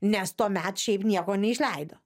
nes tuomet šiaip nieko neišleido